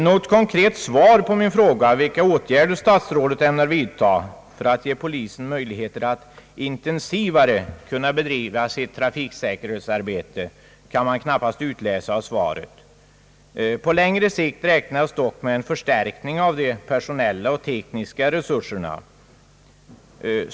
Något konkret svar på min fråga, vilka åtgärder herr statsrådet ämnar vidtaga för att ge polisen möjligheter att intensivare bedriva sitt trafiksäkerhetsarbete, kan man knappast utläsa ur svaret. På längre sikt räknas dock med en förstärkning av de personella och tekniska resurserna.